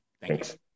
Thanks